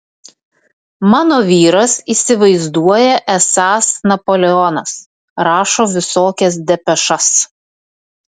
mano vyras įsivaizduoja esąs napoleonas rašo visokias depešas